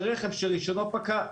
של רכב שרישיונו פקע.